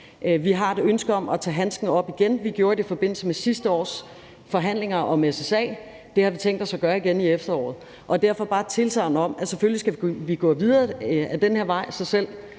Vi har et ønske om at tage handsken op igen. Vi gjorde det i forbindelse med sidste års forhandlinger om SSA, og det har vi tænkt os at gøre igen i efteråret. Derfor vil jeg bare give et tilsagn om, at selvfølgelig skal vi gå videre ad den her vej, så selv